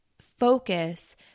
focus